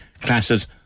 classes